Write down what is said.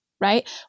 right